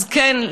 אז כן,